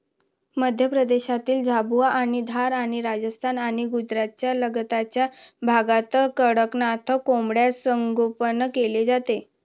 मध्य प्रदेशातील झाबुआ आणि धार आणि राजस्थान आणि गुजरातच्या लगतच्या भागात कडकनाथ कोंबडा संगोपन केले जाते